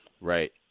Right